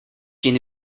yeni